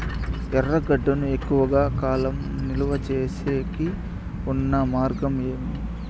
ఎర్రగడ్డ ను ఎక్కువగా కాలం నిలువ సేసేకి ఉన్న మార్గం ఏమి?